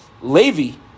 levy